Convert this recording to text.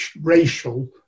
racial